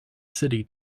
city